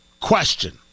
question